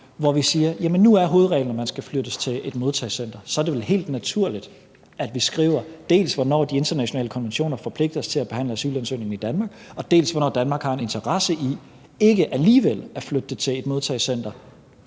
hvor vi siger, at nu er hovedreglen, at man skal flyttes til et modtagecenter, så er det vel helt naturligt, at vi skriver, dels hvornår de internationale konventioner forpligter os til at behandle ansøgningen i Danmark, dels hvornår Danmark har en interesse i ikke alligevel at flytte det til et modtagecenter,